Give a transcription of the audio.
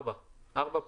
ארבע שנים, ארבע פלוס.